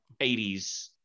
80s